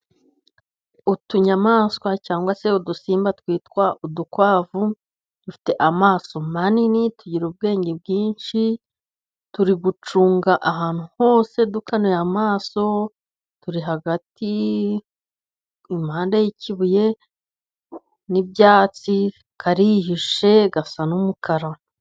Utunyamaswa cyangwa se udusimba twitwa udukwavu, dufite amaso manini tugira ubwenge bwinshi, turi gucunga ahantu hose dukanuye amaso turi hagati, iruhande rw'ikibuye n'ibyatsi karihishe gasa n'umukara.